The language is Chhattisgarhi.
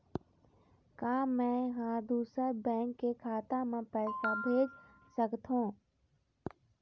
का मैं ह दूसर बैंक के खाता म पैसा भेज सकथों?